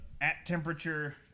at-temperature